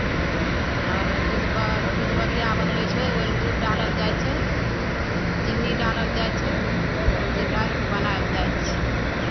आर दूध बग दूध बगिया बनबै छै ओहिमे दूध डालल जाइ छै चीनी डालल जाइ छै सभचीज डालि कऽ बनायल जाइ छै